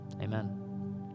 Amen